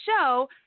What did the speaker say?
show